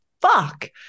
fuck